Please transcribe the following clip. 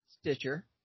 stitcher